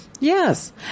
Yes